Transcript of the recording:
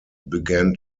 began